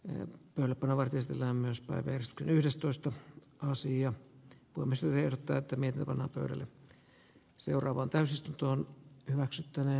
ne lupaavat esitellään myös pärskyn yhdestoista sija kolme työllisyysmielessä tärkeätä että meillä on hyväksyttävä